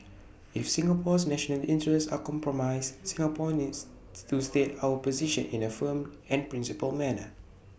if Singapore's national interests are compromised Singapore needs to state our position in A firm and principled manner